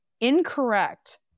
incorrect